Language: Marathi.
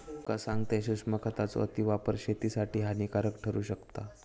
तुका सांगतंय, सूक्ष्म खतांचो अतिवापर शेतीसाठी हानिकारक ठरू शकता